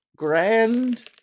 Grand